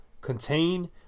contain